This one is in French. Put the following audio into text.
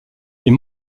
est